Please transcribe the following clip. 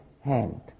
hand